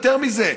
יותר מזה,